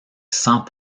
sans